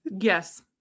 yes